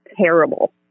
terrible